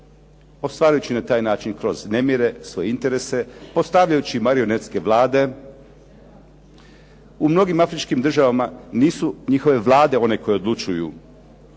osvajajući na taj način kroz nemire, svoje interese, postavljajući marionetske vlade. U mnogim afričkim državama nisu njihove vlade one koje odlučuju